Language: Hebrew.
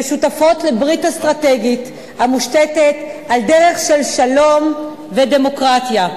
כשותפות לברית אסטרטגית המושתתת על דרך של שלום ודמוקרטיה.